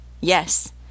Yes